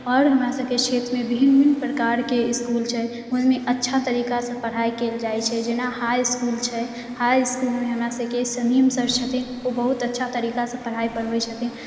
आओर हमरा सभके क्षेत्रमे विभिन्न विभिन्न प्रकारके इसकूल छै ओइमे अच्छा तरीकासँ पढ़ाइ कयल जाइ छै जेना हाइ इसकूल छै हाइ इसकूलमे हमरा सभके सलीम सर छथिन ओ बहुत अच्छा तरीकासँ पढ़ाइ पढ़बै छथिन